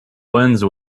lens